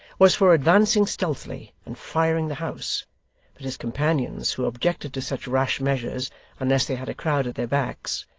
was for advancing stealthily, and firing the house but his companions, who objected to such rash measures unless they had a crowd at their backs,